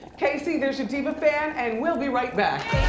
kacey there's your diva fan and we'll be right back.